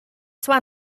zła